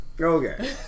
Okay